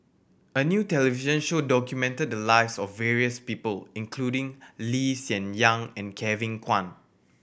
a new television show documented the lives of various people including Lee Hsien Yang and Kevin Kwan